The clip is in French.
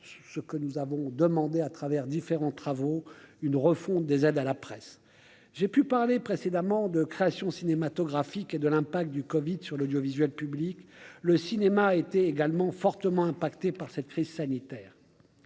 ce que nous avons demandé à travers différents travaux une refonte des aides à la presse, j'ai pu parlé précédemment de création cinématographique et de l'impact du Covid sur l'audiovisuel public, le cinéma était également fortement impactés par cette crise sanitaire